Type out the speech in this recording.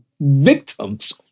Victims